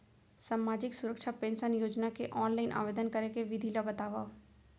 सामाजिक सुरक्षा पेंशन योजना के ऑनलाइन आवेदन करे के विधि ला बतावव